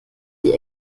die